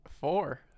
Four